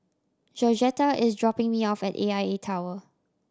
georgetta is dropping me off at A I A Tower